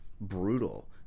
brutal